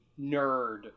nerd